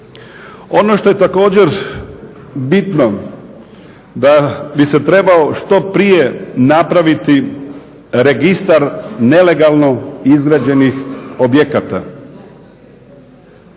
Ono što je također bitno da bi se trebao što prije napraviti registar nelegalno izgrađenih objekata.